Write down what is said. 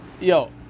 yo